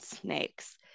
snakes